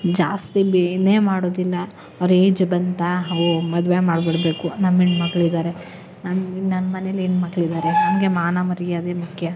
ಜಾಸ್ತಿ ಬೇನೆ ಮಾಡೋದಿಲ್ಲ ಅವ್ರ ಏಜ್ ಬಂತಾ ಓ ಮದುವೆ ಮಾಡಿಬಿಡ್ಬೇಕು ನಮ್ಮ ಹೆಣ್ಮಕ್ಕಳಿದ್ದಾರೆ ನಮ್ಮ ನಮ್ಮನೇಲಿ ಹೆಣ್ಮಕ್ಳಿದ್ದಾರೆ ನಮಗೆ ಮಾನ ಮರ್ಯಾದೆ ಮುಖ್ಯ